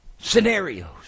scenarios